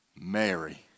Mary